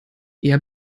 eher